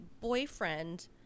boyfriend